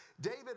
David